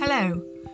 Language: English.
Hello